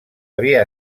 havia